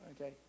Okay